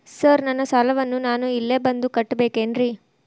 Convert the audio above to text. Sir ನನ್ನ ಸಾಲವನ್ನು ನಾನು ಇಲ್ಲೇ ಬಂದು ಕಟ್ಟಬೇಕೇನ್ರಿ?